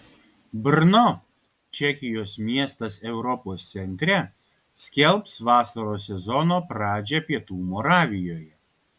brno čekijos miestas europos centre skelbs vasaros sezono pradžią pietų moravijoje